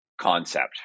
concept